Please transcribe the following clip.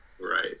right